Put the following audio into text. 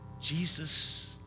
Jesus